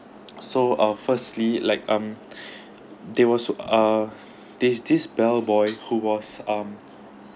so uh firstly like um there was a there's this bell boy who was um